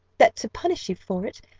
that to punish you for it,